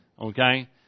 Okay